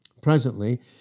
presently